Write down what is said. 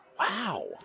Wow